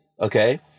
Okay